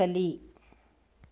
ಕಲಿ